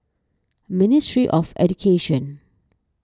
Ministry of Education